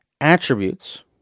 attributes